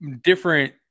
different